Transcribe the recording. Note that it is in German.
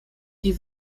die